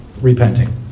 repenting